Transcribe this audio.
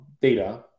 data